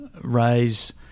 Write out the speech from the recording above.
raise